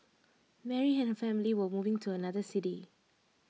Mary and her family were moving to another city